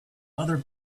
other